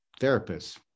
therapists